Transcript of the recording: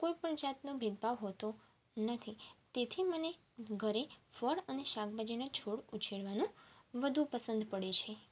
કોઇપણ જાતનો ભેદભાવ હોતો નથી તેથી મને ઘરે ફળ અને શાકભાજીના છોડ ઉછેરવાનું વધુ પસંદ પડે છે